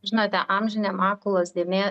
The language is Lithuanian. žinote amžinė makulos dėmė